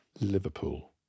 Liverpool